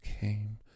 came